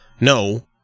No